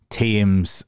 teams